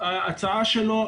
ההצעה שלו,